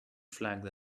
flagged